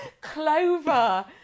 Clover